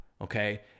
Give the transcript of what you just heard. okay